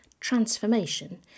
Transformation